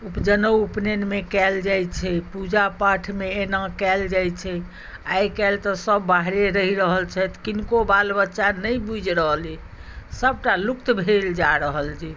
जनेउ उपनयनमे कयल जाइत छै पूजापाठमे एना कयल जाइत छै आइकाल्हि तऽ सभ बाहरे रहि रहल छथि किनको बाल बच्चा नहि बुझि रहलै सभटा लुप्त भेल जा रहल छै